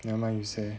never mind you say